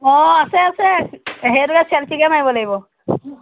অঁ আছে আছে সেইটোৱে ছেল্ফিকে মাৰিব লাগিব